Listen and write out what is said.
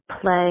play